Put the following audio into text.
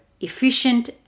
efficient